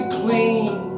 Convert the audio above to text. clean